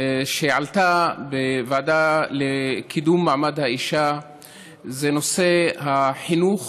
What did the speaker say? שעלתה בוועדה לקידום מעמד האישה היא נושא החינוך,